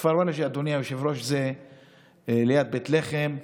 כפר ולאג'ה, אדוני היושב-ראש, זה ליד בית לחם,